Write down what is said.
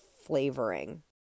flavoring